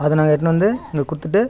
அதை நாங்கள் எட்டுனு வந்து இங்கே கொடுத்துட்டு